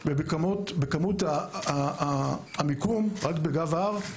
ובמיקום, רק בגב ההר,